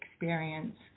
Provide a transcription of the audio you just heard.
experience